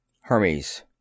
Hermes